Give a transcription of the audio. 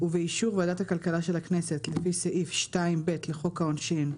ובאישור ועדת הכלכלה של הכנסת לפי סעיף 2(ב) לחוק העונשין,